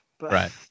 Right